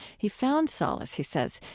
he found solace, he says,